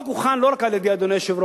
החוק הוכן לא רק על-ידי, אדוני היושב-ראש.